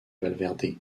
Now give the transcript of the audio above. valverde